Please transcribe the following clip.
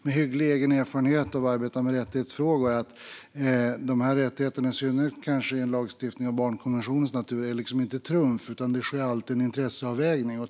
Med hygglig egen erfarenhet av att arbeta med rättighetsfrågor vill jag också säga att de här rättigheterna - kanske i synnerhet i en lagstiftning av barnkonventionens natur - inte är trumf, utan det sker alltid en intresseavvägning.